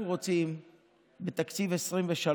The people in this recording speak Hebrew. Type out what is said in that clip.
אנחנו רוצים בתקציב 2023,